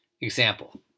Example